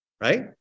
right